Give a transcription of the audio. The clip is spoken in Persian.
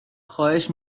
خواهش